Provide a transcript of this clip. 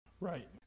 Right